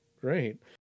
Great